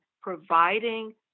providing